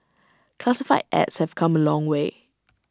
classified ads have come A long way